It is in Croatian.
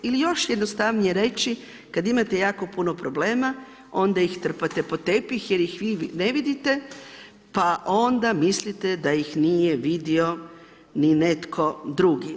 Ili još je jednostavnije reći, kada imate jako puno problema onda ih trpate pod tepih, jer ih vi ne vidite pa onda mislite da ih nije vidio ni netko drugi.